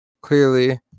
clearly